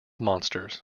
monsters